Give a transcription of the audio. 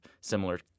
similar